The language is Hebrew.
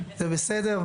מכת"זית,